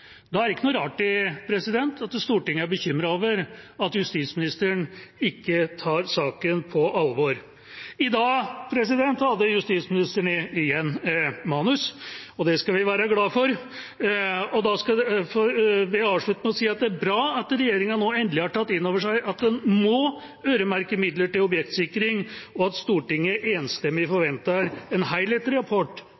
Da er det ikke så rart at Stortinget er bekymret over at justisministeren ikke tar saken på alvor. I dag hadde igjen justisministeren et manus, og det skal vi være glade for. Jeg vil avslutte med å si at det er bra at regjeringa nå endelig har tatt inn over seg at man må øremerke midler til objektsikring, og at Stortinget enstemmig forventer en helhetlig rapport om framdrift og økonomi, senest i forbindelse med revidert budsjett for